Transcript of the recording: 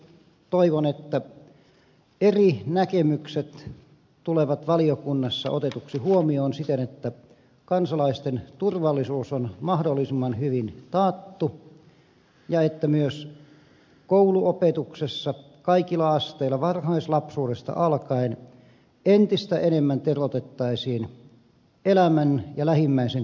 toivon että eri näkemykset tulevat valiokunnassa otetuiksi huomioon siten että kansalaisten turvallisuus on mahdollisimman hyvin taattu ja että myös kouluopetuksessa kaikilla asteilla varhaislapsuudesta alkaen entistä enemmän teroitettaisiin elämän ja lähimmäisen kunnioittamista